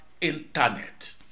internet